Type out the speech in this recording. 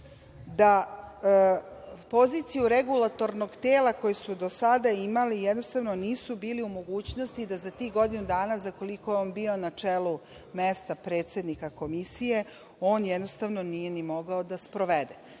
Da poziciju regulatornog tela koji su do sada imali, jednostavno nisu bili u mogućnosti da za tih godinu dana za koliko je on bio na čelu mesta predsednika komisije, on jednostavno nije ni mogao da sprovede. Prema